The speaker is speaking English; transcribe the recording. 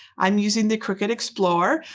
i'm using the cricut explore,